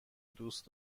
دوست